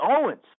Owens